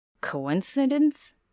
Coincidence